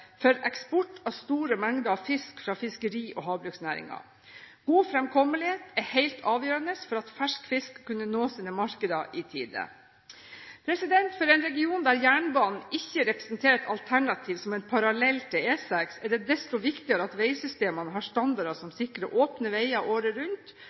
for eksport av store mengder fisk fra fiskeri- og havbruksnæringen. God fremkommelighet er helt avgjørende for at fersk fisk skal kunne nå sine markeder i tide. For en region der jernbanen ikke representerer et alternativ som en parallell til E6, er det desto viktigere at veisystemene har standarder som sikrer åpne veier året rundt,